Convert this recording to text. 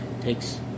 takes